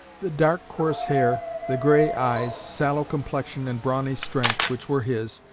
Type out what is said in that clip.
the dark coarse hair, the gray eyes, sallow complexion, and brawny strength, which were his,